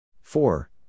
Four